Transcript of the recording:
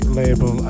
label